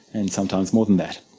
and sometimes more than that.